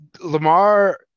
Lamar